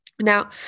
Now